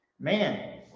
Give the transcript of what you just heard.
man